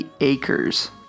acres